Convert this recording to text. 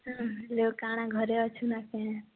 ହଁ ଯେଉଁ କାଣା ଘରେ ଅଛୁ ନା କେ